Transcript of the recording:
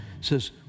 says